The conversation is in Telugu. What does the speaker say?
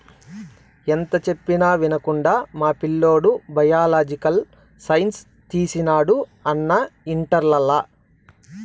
ఎంత చెప్పినా వినకుండా మా పిల్లోడు బయలాజికల్ సైన్స్ తీసినాడు అన్నా ఇంటర్లల